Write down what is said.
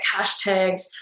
hashtags